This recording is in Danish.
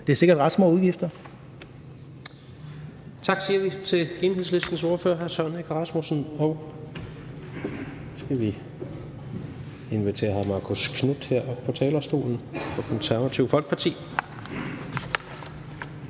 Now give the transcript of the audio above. Det er sikkert ret små udgifter.